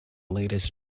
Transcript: lastest